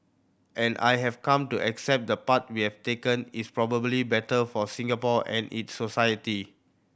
and I have come to accept the path we have taken is probably better for Singapore and its society